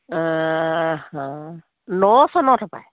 ন চনত হপায়